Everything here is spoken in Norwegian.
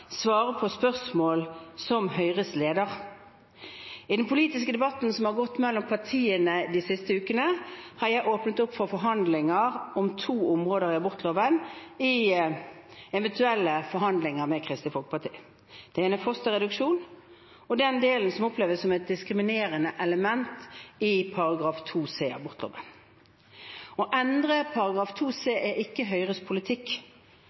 på spørsmål som Høyres leder. I den politiske debatten som har gått mellom partiene de siste ukene, har jeg åpnet opp for forhandlinger om to områder i abortloven i eventuelle forhandlinger med Kristelig Folkeparti: fosterreduksjon og den delen som oppleves som et diskriminerende element i § 2c i abortloven. Å endre § 2c er ikke Høyres politikk,